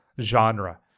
genre